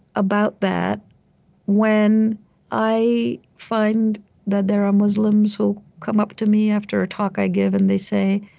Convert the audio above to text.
about that when i find that there are muslims who come up to me after a talk i give and they say,